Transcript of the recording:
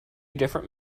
different